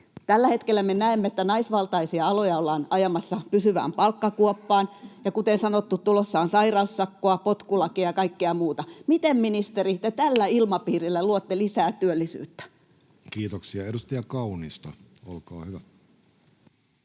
Tällä hetkellä me näemme, että naisvaltaisia aloja ollaan ajamassa pysyvään palkkakuoppaan, ja kuten sanottu, tulossa on sairaussakkoa, potkulakia ja kaikkea muuta. Miten, ministeri, tällä ilmapiirillä luotte lisää työllisyyttä? Kiitoksia. — Edustaja Kaunisto, olkaa hyvä.